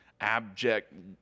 abject